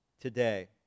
today